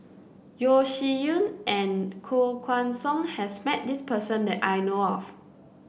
Yeo Shih Yun and Koh Guan Song has met this person that I know of